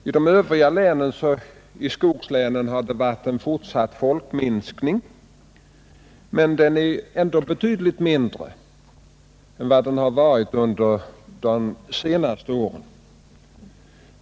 I de övriga skogslänen har det varit en fortsatt folkminskning, men den är ändå betydligt mindre än den varit under de senaste åren.